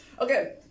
Okay